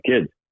kids